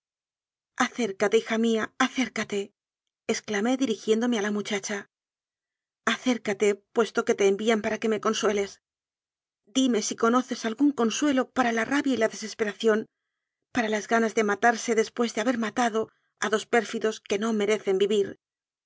acércate hija mía acércateexcla mé dirigiéndome a la muchacha acércate pues to que te envían para que me consueles dime si conoces algún consuelo para la rabia y la deses peración para las ganas de matarse después de haber matado a dos pérfidos que no merecen vivir